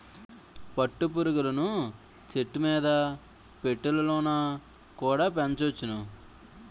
పట్టు పురుగులను చెట్టుమీద పెట్టెలలోన కుడా పెంచొచ్చును